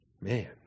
Man